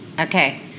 Okay